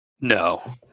No